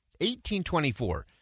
1824